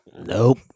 Nope